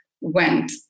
went